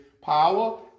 power